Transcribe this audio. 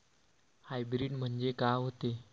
Hybrid म्हनजे का होते?